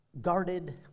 guarded